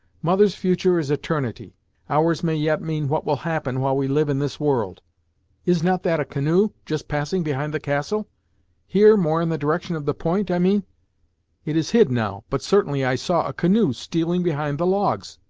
mother's future is eternity ours may yet mean what will happen while we live in this world is not that a canoe just passing behind the castle here, more in the direction of the point, i mean it is hid, now but certainly i saw a canoe stealing behind the logs!